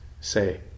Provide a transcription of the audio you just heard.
say